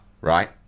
right